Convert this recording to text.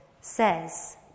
says